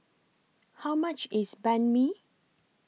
How much IS Banh MI